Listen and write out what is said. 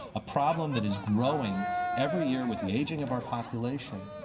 a problem that is growing every year with the aging of our population,